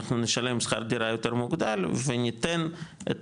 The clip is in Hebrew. אנחנו נשלם שכר דירה יותר מוגדל וניתן את